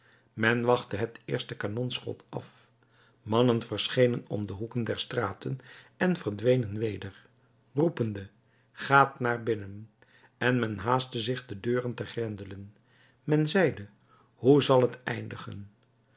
men wachtte het eerste kanonschot af mannen verschenen om de hoeken der straten en verdwenen weder roepende gaat naar binnen en men haastte zich de deuren te grendelen men zeide hoe zal het eindigen